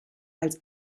als